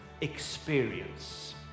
experience